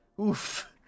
Oof